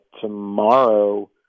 tomorrow